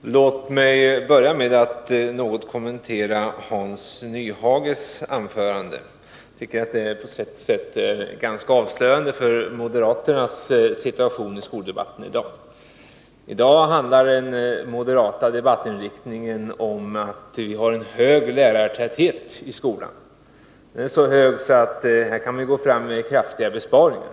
Låt mig börja med att något kommentera Hans Nyhages anförande. Jag tycker att det på sitt sätt är ganska avslöjande för moderaternas situation i skoldebatten i dag. I dag är den moderata debatten inriktad på att vi har en hög lärartäthet i skolan —t.o.m. så hög att vi kan gå fram med kraftiga besparingar.